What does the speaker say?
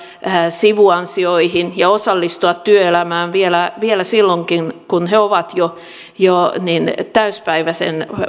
sivuansioihin ja osallistua työelämään vielä vielä silloinkin kun he ovat jo jo täysipäiväisen